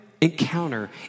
encounter